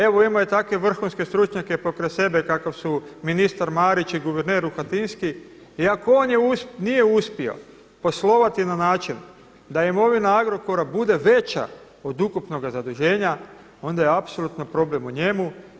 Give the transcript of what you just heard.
Evo imao je takve vrhunske stručnjake pokraj sebe kakav su ministar Marić i guverner Rohatinski i ako on nije uspio poslovati na način da imovina Agrokora bude veća od ukupnoga zaduženja onda je apsolutno problem u njemu.